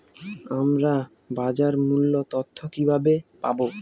আমরা বাজার মূল্য তথ্য কিবাবে পাবো?